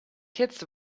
kids